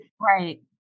Right